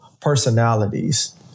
personalities